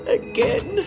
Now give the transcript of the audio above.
again